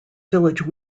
village